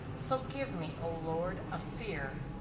so give me, o lord, a fear,